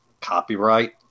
copyright